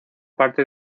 parte